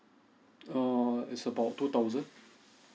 err is about two thousand